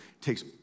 takes